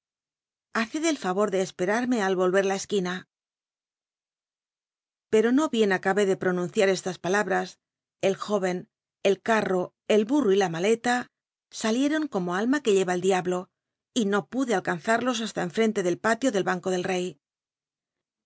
haced el f ror de esperarme al roher la es qu ina pero no bien acabé de pronuncia estas palabas el joven el cano el bulto y la maleta salieron como alma que lleva el diablo y no pude alc nlzal'los hasta enfrente del patio del llaneo del llcy